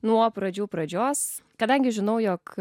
nuo pradžių pradžios kadangi žinau jog